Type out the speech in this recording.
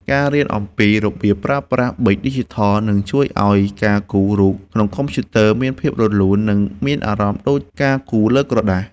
ការរៀនអំពីរបៀបប្រើប្រាស់ប៊ិចឌីជីថលនឹងជួយឱ្យការគូររូបក្នុងកុំព្យូទ័រមានភាពរលូន និង មានអារម្មណ៍ដូចការគូរលើក្រដាស។